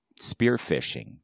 spearfishing